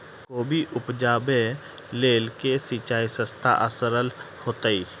कोबी उपजाबे लेल केँ सिंचाई सस्ता आ सरल हेतइ?